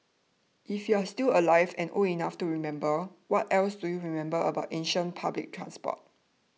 if you're still alive and old enough to remember what else do you remember about ancient public transport